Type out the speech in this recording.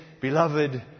beloved